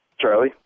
Charlie